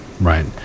right